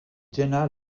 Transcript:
jenna